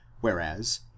whereas